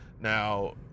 Now